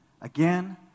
Again